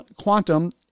Quantum